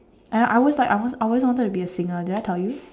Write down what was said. I I always I always wanted to be a singer did I tell you